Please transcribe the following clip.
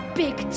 big